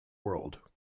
world